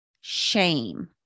shame